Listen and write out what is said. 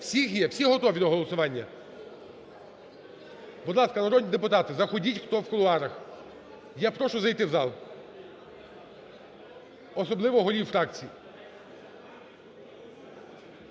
Всі готові до голосування? Будь ласка, народні депутати, заходіть, хто в кулуарах. Я прошу зайти в зал, особливо голів фракцій.